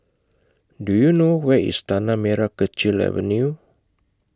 Do YOU know Where IS Tanah Merah Kechil Avenue